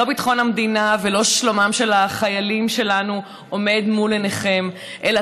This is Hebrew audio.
לא ביטחון המדינה ולא שלומם של החיילים שלנו עומדים מול עיניכם אלא